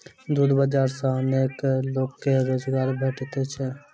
दूध बाजार सॅ अनेको लोक के रोजगार भेटैत छै